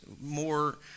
more